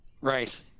Right